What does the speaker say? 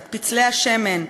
את פצלי השמן,